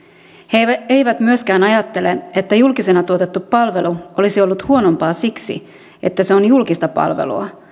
he eivät myöskään ajattele että julkisena tuotettu palvelu olisi ollut huonompaa siksi että se on julkista palvelua